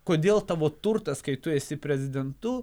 kodėl tavo turtas kai tu esi prezidentu